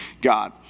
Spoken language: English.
God